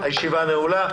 הישיבה נעולה.